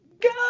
God